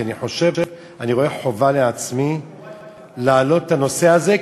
אני רואה חובה לעצמי להעלות את הנושא הזה,